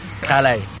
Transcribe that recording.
Calais